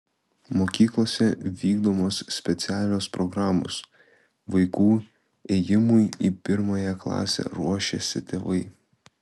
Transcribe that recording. mokyklose vykdomos specialios programos vaikų ėjimui į pirmąją klasę ruošiasi tėvai